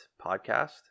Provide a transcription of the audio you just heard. podcast